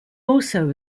also